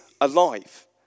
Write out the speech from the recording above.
alive